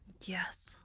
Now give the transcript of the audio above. Yes